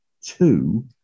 two